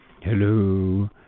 Hello